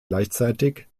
gleichzeitig